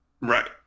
Right